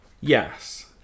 yes